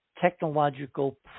technological